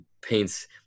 paints